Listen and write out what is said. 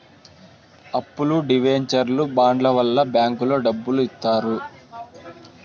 అప్పులు డివెంచర్లు బాండ్ల వల్ల బ్యాంకులో డబ్బులు ఇత్తారు